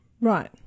right